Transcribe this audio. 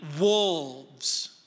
wolves